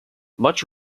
much